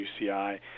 UCI